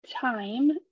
time